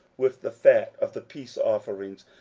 with the fat of the peace offerings,